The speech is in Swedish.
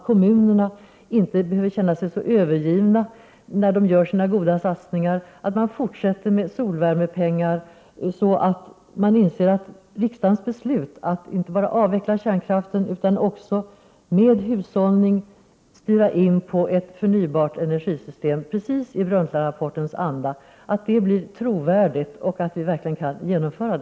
Kommunerna skall inte behöva känna sig övergivna när de gör sina goda satsningar. Vi skall fortsätta med solvärmebidrag, så att alla inser att riksdagens beslut att inte bara avveckla kärnkraften utan med hushållning styra in på ett nytt förnybart energisystem, precis i Brundtlandrapportens anda, blir trovärdigt och verkligen genomförs.